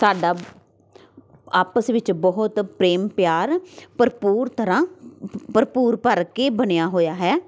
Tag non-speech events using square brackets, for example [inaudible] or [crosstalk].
ਸਾਡਾ ਆਪਸ ਵਿੱਚ ਬਹੁਤ ਪ੍ਰੇਮ ਪਿਆਰ ਭਰਪੂਰ ਤਰ੍ਹਾਂ [unintelligible] ਭਰਪੂਰ ਭਰ ਕੇ ਬਣਿਆ ਹੋਇਆ ਹੈ